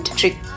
trick